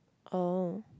oh